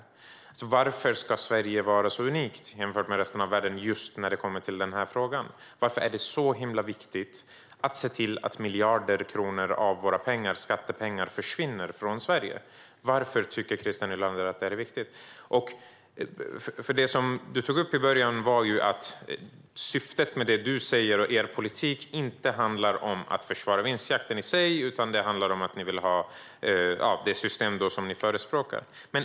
Varför ska Sverige vara så unikt jämfört med resten av världen just när det kommer till den frågan? Varför är det så viktigt att se till att miljarder kronor av våra skattepengar försvinner från Sverige? Varför tycker Christer Nylander att det är viktigt? Det du tog upp i början var att syftet med er politik inte handlar om att försvara vinstjakten i sig. Det handlar om att ni vill ha det system som ni förespråkar.